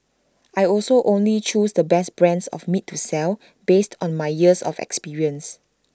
I also only choose the best brands of meat to sell based on my years of experience